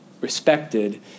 respected